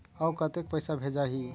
अउ कतेक पइसा भेजाही?